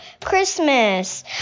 Christmas